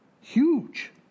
huge